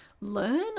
learn